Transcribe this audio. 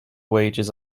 wages